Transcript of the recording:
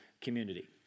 community